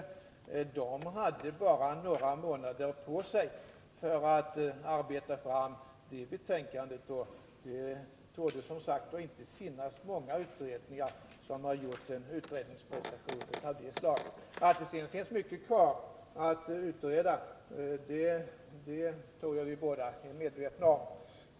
Man hade bara några månader på sig för att arbeta fram betänkandet, och det torde som sagt inte vara många utredningar som har gjort en utredningsprestation av det slaget. Att det sedan finns mycket kvar att utreda tror jag att vi båda är medvetna om.